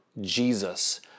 Jesus